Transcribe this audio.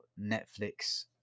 netflix